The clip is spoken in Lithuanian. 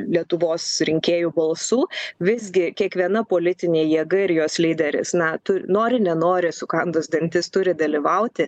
lietuvos rinkėjų balsų visgi kiekviena politinė jėga ir jos lyderis na tu nori nenori sukandus dantis turi dalyvauti